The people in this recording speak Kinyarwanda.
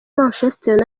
manchester